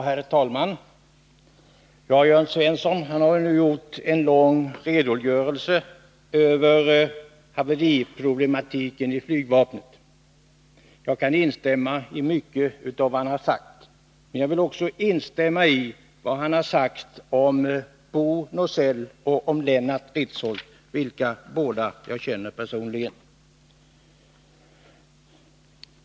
Herr talman! Jörn Svensson har lämnat en lång redogörelse över haveriproblematiken inom flygvapnet, och jag kan instämma i mycket av vad han sade. Jag vill också instämma i vad han sade om Bo Nåsell och Lennart Richholz, vilka båda jag känner personligen.